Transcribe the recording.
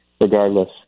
regardless